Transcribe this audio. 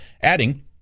adding